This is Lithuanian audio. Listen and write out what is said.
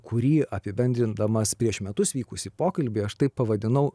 kurį apibendrindamas prieš metus vykusį pokalbį aš taip pavadinau